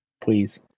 Please